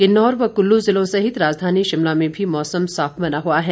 किन्नौर व कल्लू जिलों सहित राजधानी शिमला में भी मौसम साफ बना हुआ है